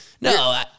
No